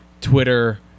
Twitter